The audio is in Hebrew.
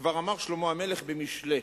כבר אמר שלמה המלך במשלי: